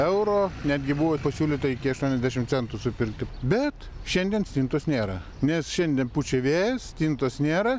euro netgi buvo pasiūlyta iki aštuoniasdešim centų supirkti bet šiandien stintos nėra nes šiandien pučia vėjas stintos nėra